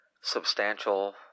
substantial